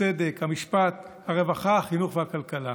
הצדק, המשפט, הרווחה, החינוך והכלכלה.